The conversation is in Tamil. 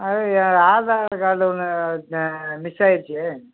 அது என் ஆதார் கார்ட் ஒன்று மிஸ் ஆயிடுச்சு